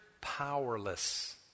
powerless